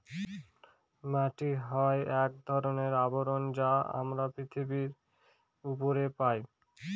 মাটি হয় এক ধরনের আবরণ যা আমরা পৃথিবীর উপরে পায়